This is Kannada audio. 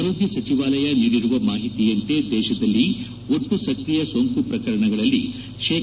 ಆರೋಗ್ಣ ಸಚಿವಾಲಯ ನೀಡಿರುವ ಮಾಹಿತಿಯಂತೆ ದೇಶದಲ್ಲಿ ಒಟ್ಟು ಸ್ಕ್ರಿಯ ಸೋಂಕು ಪ್ರಕರಣದಲ್ಲಿ ಶೇ